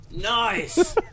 Nice